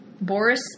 Boris